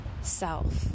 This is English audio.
self